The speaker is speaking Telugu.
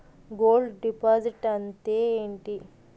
గోల్డ్ డిపాజిట్ అంతే ఎంటి?